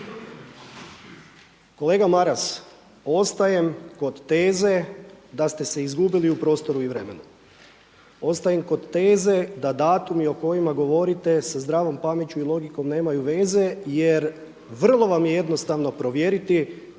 Kolega Maras, ostajem kod teze da ste se izgubili u prostoru i vremenu. Ostajem kod teze da datumi o kojima govorite sa zdravom pameću i logikom nemaju veze jer vrlo vam je jednostavno provjeriti